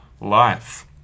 life